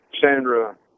Sandra